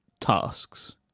tasks